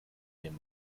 den